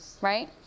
right